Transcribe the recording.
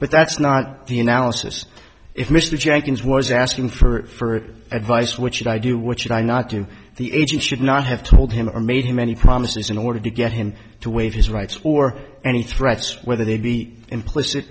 but that's not the analysis if mr jenkins was asking for advice what should i do what should i not do the agent should not have told him or made many promises in order to get him to waive his rights or any threats whether they be implicit